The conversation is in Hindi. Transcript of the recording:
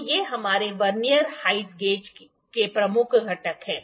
तो ये हमारे वर्नियर हाइट गेज के प्रमुख घटक हैं